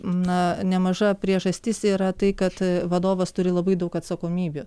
na nemaža priežastis yra tai kad vadovas turi labai daug atsakomybių